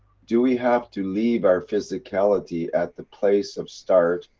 do we have to leave our physicality at the place of start,